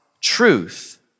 truth